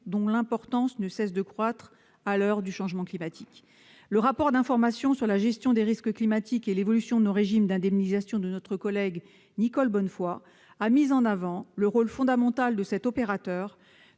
dont l'importance ne cesse de croître à l'heure du changement climatique. Le rapport d'information sur la gestion des risques climatiques et l'évolution de nos régimes d'indemnisation de notre collègue Nicole Bonnefoy a mis en avant le rôle fondamental de cet opérateur